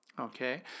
Okay